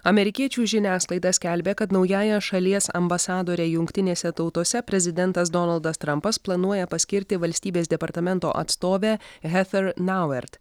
amerikiečių žiniasklaida skelbė kad naująja šalies ambasadore jungtinėse tautose prezidentas donaldas trampas planuoja paskirti valstybės departamento atstovę hefer nauert